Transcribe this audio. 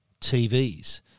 TVs